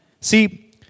See